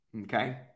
Okay